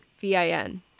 V-I-N